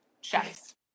chefs